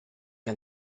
que